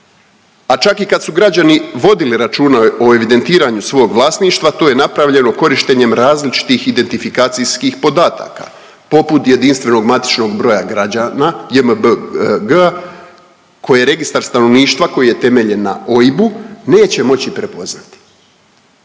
a čak i kad su građani vodili računa o evidentiranju svog vlasništva to je napravljeno korištenjem različitih identifikacijskih podataka poput jedinstvenog matičnog broja građana JMBG-a koji registar stanovništva koji je temeljem na OIB-u neće moći prepoznati.